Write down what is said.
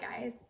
guys